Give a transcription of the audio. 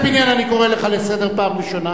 חבר הכנסת פיניאן, אני קורא לך לסדר פעם ראשונה.